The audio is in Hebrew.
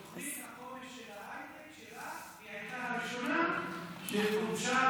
תוכנית החומש של ההייטק שלך הייתה הראשונה שגובשה,